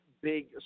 big